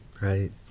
Right